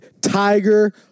Tiger